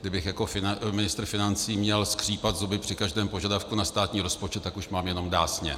Kdybych jako ministr financí měl skřípat zuby při každém požadavku na státní rozpočet, tak už mám jenom dásně.